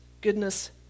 goodness